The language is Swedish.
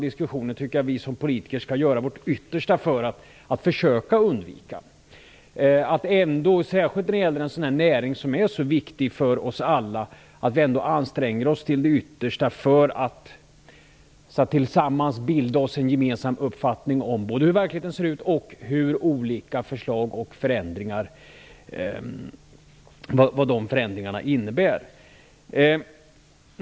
Jag tycker att vi som politiker skall göra vårt yttersta för att försöka undvika den typen av diskussioner. När det gäller en näring som är så viktig för oss alla borde vi anstränga oss till det yttersta för att tillsammans bilda oss en gemensam uppfattning både om hur verkligheten ser ut och om vad olika förslag och förändringar innebär.